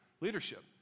leadership